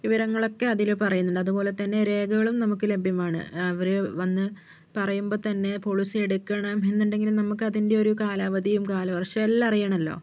വിവരങ്ങളൊക്കെ അതില് പറയുന്നുണ്ട് അതുപോലെ തന്നെ രേഖകളും നമുക്ക് ലഭ്യമാണ് അവര് വന്ന് പറയുമ്പോൾ തന്നെ പോളിസി എടുക്കണമെന്നുണ്ടെങ്കിൽ നമുക്കതിൻ്റെ ഒരു കാലാവധിയും കാലാവർഷവും എല്ലം അറിയണല്ലോ